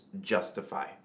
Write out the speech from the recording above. justify